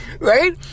right